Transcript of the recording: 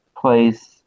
place